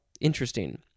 Interesting